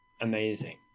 amazing